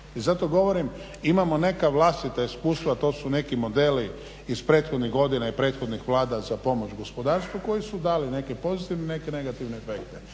I zato govorim imamo neka vlastita iskustva, to su neki modeli iz prethodnih godina i prethodnih Vlada za pomoć gospodarstvu koji su dali neke pozitivne i neke negativne efekte.